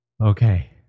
Okay